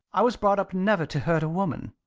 i was brought up never to hurt a woman.